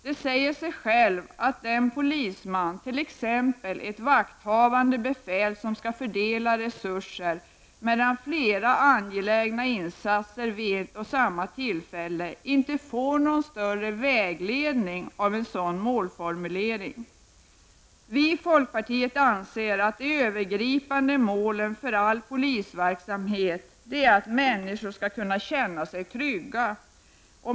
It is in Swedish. Det säger sig självt att den polisman, t.ex. ett vakthavande befäl, som skall fördela resurser mellan flera angelägna insatser vid ett och samma tillfälle inte får någon större vägledning av en sådan målformulering. Vi i folkpartiet anser att det övergripande målet för all polisverksamhet är att människor skall kunna känna sig trygga.